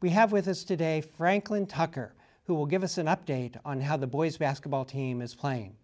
we have with us today franklin tucker who will give us an update on how the boys basketball team is playing